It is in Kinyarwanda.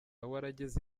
warageze